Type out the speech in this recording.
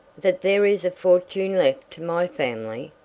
that there is a fortune left to my family?